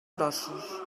grossos